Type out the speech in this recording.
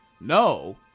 no